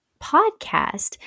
podcast